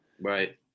Right